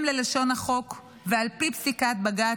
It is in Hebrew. לכל הצעירים בני 18 בהתאם ללשון החוק ועל פי פסיקת בג"ץ,